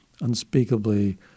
unspeakably